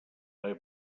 ple